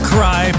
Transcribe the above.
Cry